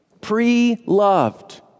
pre-loved